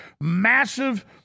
Massive